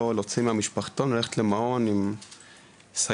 להוציא מהמשפחתון וללכת למעון עם סייעת.